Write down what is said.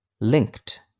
linked